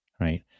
Right